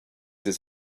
his